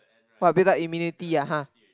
what build up immunity ah !huh!